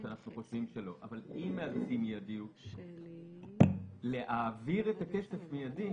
אבל נכון לרגע זה יש סתירה בין המציאות לבין הנוסח.